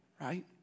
right